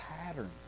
pattern